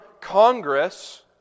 Congress